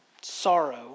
sorrow